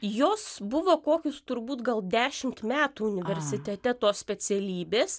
jos buvo kokius turbūt gal dešimt metų universitete tos specialybės